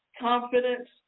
confidence